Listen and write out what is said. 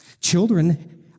Children